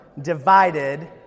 Divided